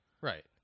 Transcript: Right